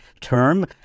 term